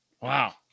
Wow